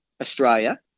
Australia